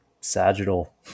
sagittal